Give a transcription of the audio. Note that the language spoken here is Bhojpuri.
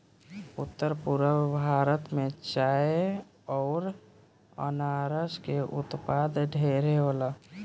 उत्तर पूरब भारत में चाय अउर अनारस के उत्पाद ढेरे होला